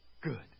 good